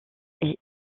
est